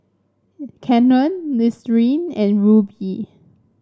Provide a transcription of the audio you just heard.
Canon Listerine and Rubi